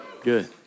Good